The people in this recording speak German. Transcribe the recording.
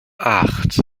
acht